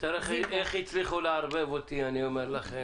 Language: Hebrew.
תראה איך הצליחו לערבב אותי, אני אומר לכם